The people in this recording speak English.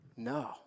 No